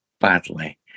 badly